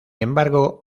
embargo